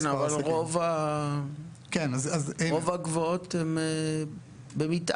אבל רוב הגבוהות הן במתאם.